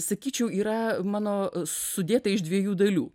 sakyčiau yra mano sudėta iš dviejų dalių